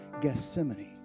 Gethsemane